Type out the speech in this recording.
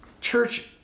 Church